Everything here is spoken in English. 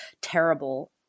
terrible